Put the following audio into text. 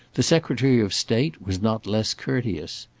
the secretary of state was not less courteous.